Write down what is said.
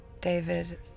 David